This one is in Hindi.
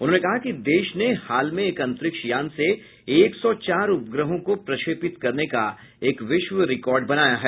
उन्होंने कहा कि देश ने हाल में एक अंतरिक्ष यान से एक सौ चार उपग्रहों को प्रक्षेपित करने का एक विश्व रिकॉर्ड बनाया है